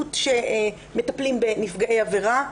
הפרקליטות שמטפלים בנפגעי עבירה.